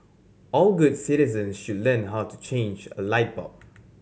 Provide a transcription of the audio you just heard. all good citizens should learn how to change a light bulb